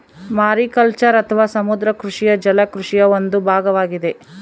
mariculture ಅಥವಾ ಸಮುದ್ರ ಕೃಷಿಯು ಜಲ ಕೃಷಿಯ ಒಂದು ಭಾಗವಾಗಿದೆ